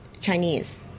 Chinese